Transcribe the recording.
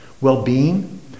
well-being